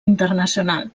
internacional